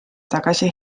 tagasi